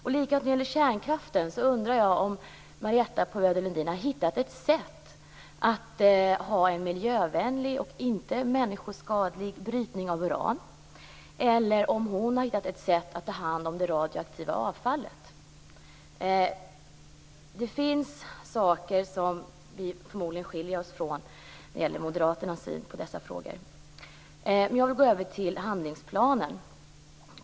Likadant när det gäller kärnkraften undrar jag om Marietta de Pourbaix-Lundin har hittat ett sätt att ha en miljövänlig och inte människoskadlig brytning av uran, eller om hon har hittat ett sätt att ta hand om det radioaktiva avfallet. Det finns saker där vår syn förmodligen skiljer sig från moderaternas syn på dessa frågor. Jag vill nu gå över till handlingsplanen.